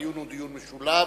הדיון הוא דיון משולב.